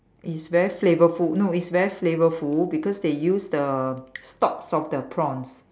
it's very flavorful no it's very flavourful because they use the stocks of the prawns